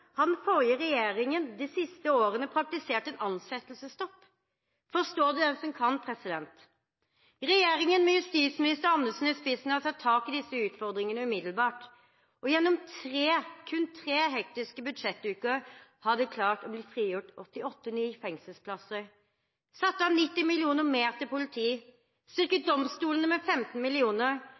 den forrige regjeringen de siste årene praktisert en ansettelsesstopp. Forstå det, den som kan. Regjeringen, med justisminister Anundsen i spissen, har tatt tak i disse utfordringene umiddelbart. Gjennom kun tre hektiske budsjettuker har de klart å få frigjort 88 nye fengselsplasser, satt av 90 mill. kr mer til politi, sikret domstolene 15